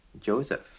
Joseph